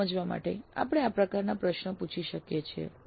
આ સમજવા માટે આપણે આ પ્રકારનો પ્રશ્ન પૂછી શકીએ છીએ